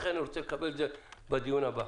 לכן אני רוצה לקבל את הנתונים בדיון הבא.